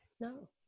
no